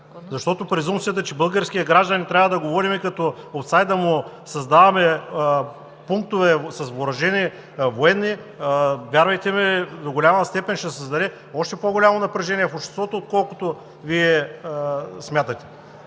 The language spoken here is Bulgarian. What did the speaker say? Защото презумпцията, че българският гражданин трябва да го водим като овца и да му създаваме пунктове с въоръжени военни, вярвайте ми, до голяма степен ще създаде още по-голямо напрежение в обществото, отколкото Вие смятате,